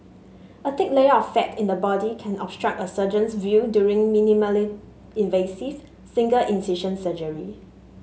a thick layer of fat in the body can obstruct a surgeon's view during minimally invasive single incision surgery